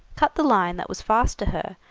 cut the line that was fast to her,